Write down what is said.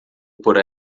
por